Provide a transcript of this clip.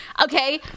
Okay